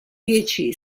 dieci